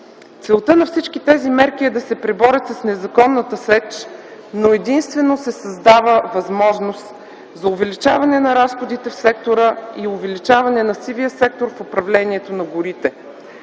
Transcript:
Целта на всички тези мерки е да се преборят с незаконната сеч, но се създава единствено възможност за увеличаване на разходите в сектора и увеличаване на сивия сектор в управлението на горите.